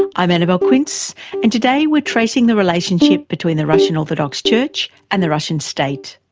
i'm annabelle quince and today we're tracing the relationship between the russian orthodox church and the russian state.